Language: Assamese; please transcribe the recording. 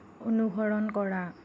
অনুসৰণ কৰা